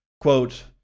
quote